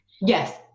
yes